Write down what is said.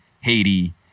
Haiti